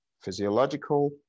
physiological